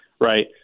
right